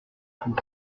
coup